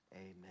Amen